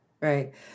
right